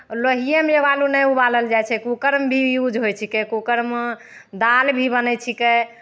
लोहिएमे एगो आलू नहि उबालल जाइ छै कुकरमे भी यूज होइ छिकै कुकरमे दालि भी बनै छिकै